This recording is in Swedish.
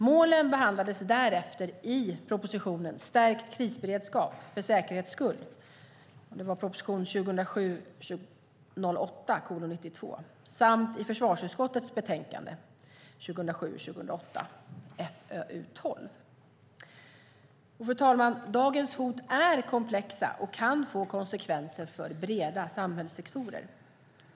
Målen behandlades därefter i propositionen Stärkt krisberedskap - för säkerhets skull . Fru talman! Dagens hot är komplexa och kan få konsekvenser för breda samhällssektorer.